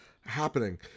happening